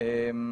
להתיישבות,